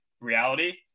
reality